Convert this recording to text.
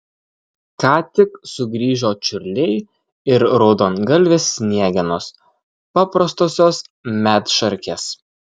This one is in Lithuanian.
ką tik sugrįžo čiurliai ir raudongalvės sniegenos paprastosios medšarkės